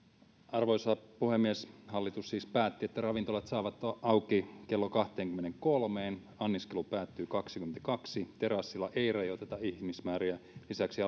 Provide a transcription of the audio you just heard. arvoisa puhemies hallitus siis päätti että ravintolat saavat olla auki kello kahteenkymmeneenkolmeen anniskelu päättyy kello kaksikymmentäkaksi terassilla ei rajoiteta ihmismääriä lisäksi